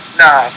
nah